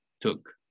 Took